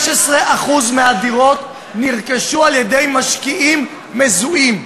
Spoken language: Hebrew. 16% מהדירות נרכשו על-ידי משקיעים מזוהים.